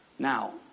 Now